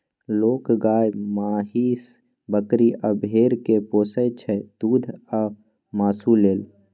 लोक गाए, महीष, बकरी आ भेड़ा केँ पोसय छै दुध आ मासु लेल